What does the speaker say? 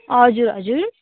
हजुर हजुर